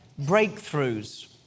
breakthroughs